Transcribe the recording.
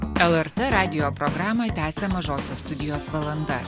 lrt radijo programą tęsia mažosios studijos valanda